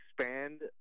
expand